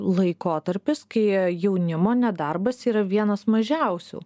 laikotarpis kai jaunimo nedarbas yra vienas mažiausių